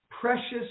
precious